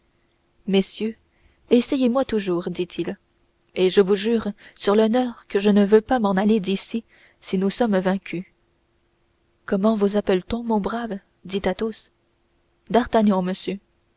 messieurs essayez moi toujours dit-il et je vous jure sur l'honneur que je ne veux pas m'en aller d'ici si nous sommes vaincus comment vous appelle-t-on mon brave dit athos d'artagnan monsieur